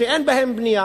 שאין בהם בנייה,